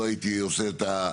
לא הייתי עושה את זה,